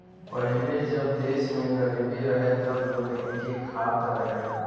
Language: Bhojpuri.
पहिले जब देश में गरीबी रहे तब लोग एके खात रहे